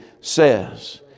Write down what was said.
says